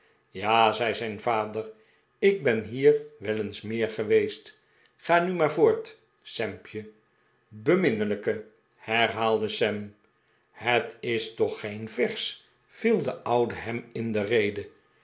ja r zei zijn vader ik ben hier wel eens meer geweest ga nu maar voort sampje beminnelijke herhaalde sam het is toch geen vers viel de oude hem in de rede